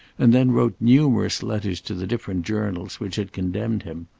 and then wrote numerous letters to the different journals which had condemned him.